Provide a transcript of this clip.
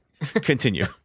continue